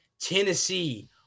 Tennessee